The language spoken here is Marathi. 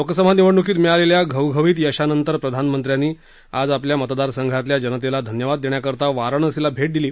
लोकसभा निवडणुकीत मिळालेल्या घवघवीत यशानंतर प्रधानमंत्र्यांनी आज मतदारसंघातल्या जनतेला धन्यवाद देण्याकरता वाराणसीला भे दिली